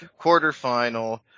quarterfinal